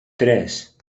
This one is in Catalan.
tres